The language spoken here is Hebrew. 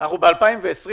אנחנו ב-2020,